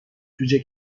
جوجه